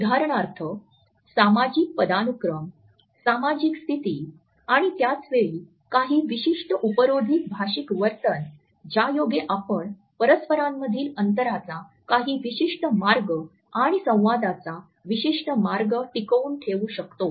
उदाहरणार्थ सामाजिक पदानुक्रम सामाजिक स्थिती आणि त्याच वेळी काही विशिष्ट उपरोधिक भाषिक वर्तन ज्यायोगे आपण परस्परांमधील अंतराचा काही विशिष्ट मार्ग आणि संवादाचा विशिष्ट मार्ग टिकवून ठेवू शकतो